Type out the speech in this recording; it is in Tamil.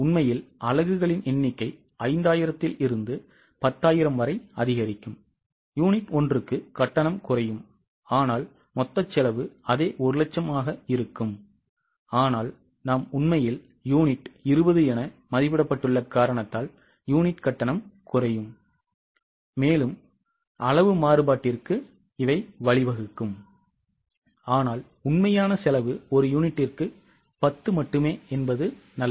உண்மையில் அலகுகள் எண்ணிக்கை 5000 லிருந்து 10000 வரை அதிகரிக்கும் யூனிட் ஒன்றுக்கு கட்டணம் குறையும் ஆனால் மொத்த செலவு அதே 100000 ஆக இருக்கும் ஆனால் நாம் உண்மையில் யூனிட் 20 என மதிப்பிடப்பட்டுள்ள காரணத்தால் யூனிட் கட்டணம் குறையும் மேலும் அளவு மாறுபாட்டிற்கு வழிவகுக்கும் ஆனால் உண்மையான செலவு ஒரு யூனிட்டுக்கு 10 மட்டுமே என்பது நல்லது